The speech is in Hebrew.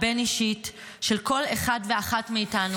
הבין-אישית של כל אחד ואחת מאיתנו